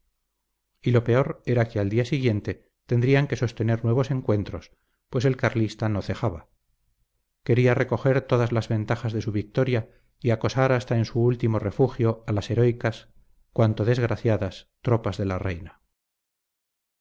y lo peor era que al día siguiente tendrían que sostener nuevos encuentros pues el carlista no cejaba quería recoger todas las ventajas de su victoria y acosar hasta en su último refugio a las heroicas cuanto desgraciadas tropas de la reina